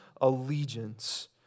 allegiance